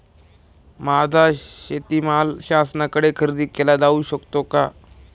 माझा शेतीमाल शासनाकडे खरेदी केला जाऊ शकतो का?